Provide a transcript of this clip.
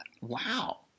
Wow